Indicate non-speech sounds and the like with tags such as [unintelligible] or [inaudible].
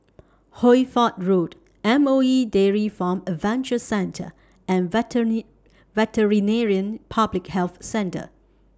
Hoy Fatt Road M O E Dairy Farm Adventure Centre and [unintelligible] Veterinary Public Health Centre